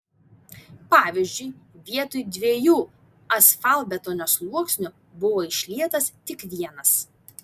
pavyzdžiui vietoj dviejų asfaltbetonio sluoksnių buvo išlietas tik vienas